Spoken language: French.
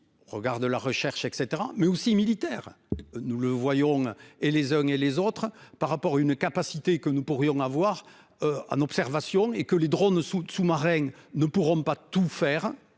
Regarde la recherche et cetera mais aussi militaire. Nous le voyons et les uns et les autres par rapport à une capacité que nous pourrions avoir. En observation et que les drônes sous-marins ne pourront pas tout faire.